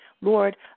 Lord